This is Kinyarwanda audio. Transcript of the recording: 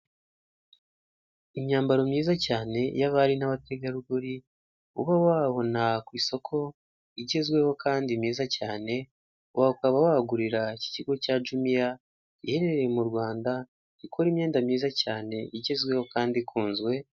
Aya matara tubona ku muhanda ni afasha abanyamaguru kumenya igihe gikwiye cyo kwambuka bigatuma n'abatwaye ibinyabiziga bahagarara, bakareka abantu bakabanza bagatambuka nabo bakabona kugenda, ndetse akaba ari uburyo bwo kwirinda akavuyo n'impanuka zo mu muhanda.